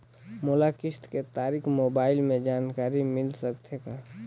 मोला किस्त के तारिक मोबाइल मे जानकारी मिल सकथे का?